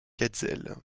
hetzel